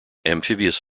amphibious